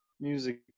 music